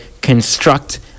construct